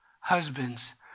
husbands